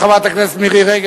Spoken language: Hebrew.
חברת הכנסת מירי רגב,